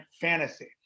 fantasy